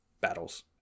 battles